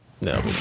No